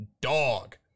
dog